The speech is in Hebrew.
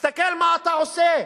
תסתכל מה אתה עושה.